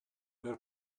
per